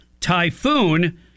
Typhoon